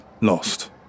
lost